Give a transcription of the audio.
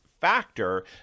factor